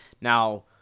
Now